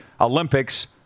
Olympics